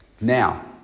Now